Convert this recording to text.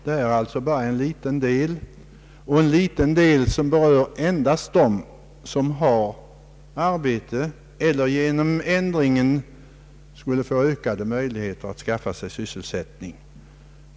Föreliggande förslag är alltså bara en liten del som berör endast dem som har arbete eller genom ändringen skulle få ökade möjligheter att skaffa sig sysselsättning.